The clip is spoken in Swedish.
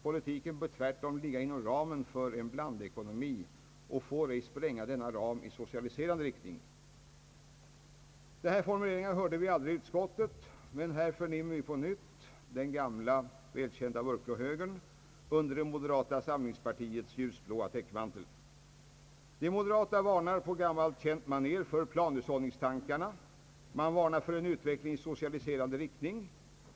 Politiken bör tvärtom ligga inom ramen för en blandekonomi och får ej spränga denna ram i socialiserande riktning.» Dessa formuleringar hörde vi aldrig i utskottet, men här förnimmer vi på nytt den gamla välkända mörkblå högern under det moderata samlingspartiets ljusblå täckmantel. De moderata varnar på gammalt känt manér för planhushållningstankarna. Man varnar för en utveckling i socialiserande riktning.